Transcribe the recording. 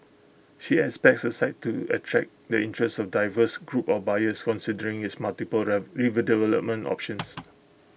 she expects the site to attract the interest of diverse group of buyers considering its multiple redevelopment options